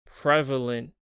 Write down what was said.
prevalent